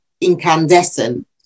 incandescent